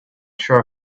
sure